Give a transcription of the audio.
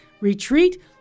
retreat